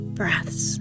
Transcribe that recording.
breaths